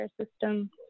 system